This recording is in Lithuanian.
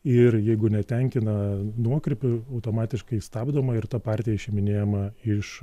ir jeigu netenkina nuokrypio automatiškai stabdoma ir ta partija išiminėjama iš